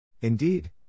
Indeed